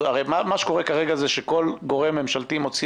שקורה כרגע זה שכל גורם ממשלתי מוציא